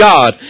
God